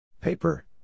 Paper